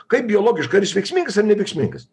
kaip biologiškai ar jis veiksmingas ar neveiksmingas